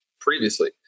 previously